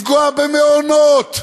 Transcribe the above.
לפגוע במעונות,